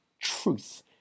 truth